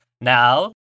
Now